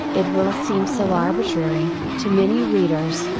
it will seem so arbitrary, to many readers,